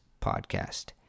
podcast